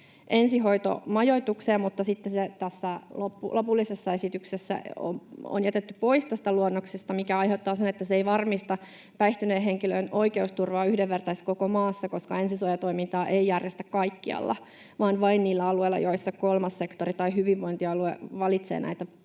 ensihoitomajoitukseen, mutta sitten se tässä lopullisessa esityksessä on jätetty pois, mikä aiheuttaa sen, että se ei varmista päihtyneen henkilön oikeusturvaa yhdenvertaisesti koko maassa, koska ensisuojatoimintaa ei järjestetä kaikkialla vaan vain niillä alueilla, joilla kolmas sektori tai hyvinvointialue valitsee näitä palveluja